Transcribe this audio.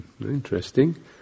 interesting